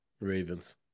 Ravens